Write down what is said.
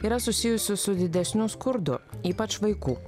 yra susijusi su didesniu skurdu ypač vaikų